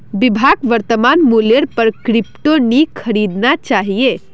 विभाक वर्तमान मूल्येर पर क्रिप्टो नी खरीदना चाहिए